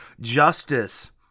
justice